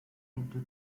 into